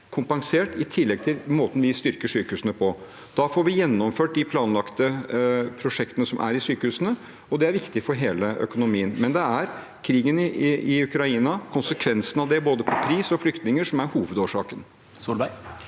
kr mer, i tillegg til måten vi styrker sykehusene på. Da får vi gjennomført de planlagte prosjektene som er i sykehusene, og det er viktig for hele økonomien. Men det er krigen i Ukraina og konsekvensene av den, med tanke på både pris og flyktninger, som er hovedårsaken.